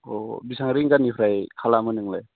अ बेसेबां रिंगानिफ्राय खालामो नोंलाय